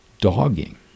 dogging